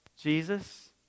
Jesus